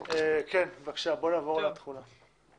נעבור להוראות מעבר.